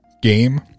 game